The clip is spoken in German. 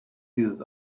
dieses